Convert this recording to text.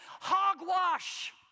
hogwash